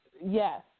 Yes